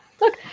Look